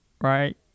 right